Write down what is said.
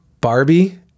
Barbie